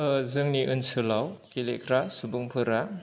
जोंनि ओनसोलाव गेलेग्रा सुबुंफोरा